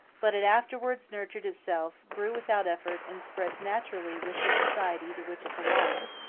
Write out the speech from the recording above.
but it afterwards nurtured itself, grew without effort, and spreads naturally with the society to which it belongs.